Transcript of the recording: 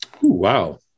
Wow